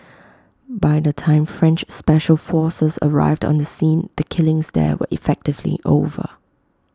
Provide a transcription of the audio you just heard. by the time French special forces arrived on the scene the killings there were effectively over